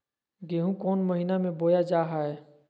गेहूँ कौन महीना में बोया जा हाय?